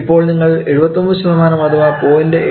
ഇപ്പോൾ നിങ്ങൾ 79 അഥവാ 0